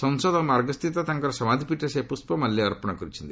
ସଂସଦ ମାର୍ଗସ୍ଥିତ ତାଙ୍କର ସମାଧିପୀଠରେ ସେ ପୁଷ୍କମାଲ୍ୟ ଅର୍ପଣ କରିଛନ୍ତି